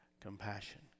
compassion